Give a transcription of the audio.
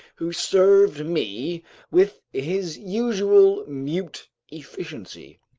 who served me with his usual mute efficiency.